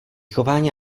chování